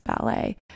ballet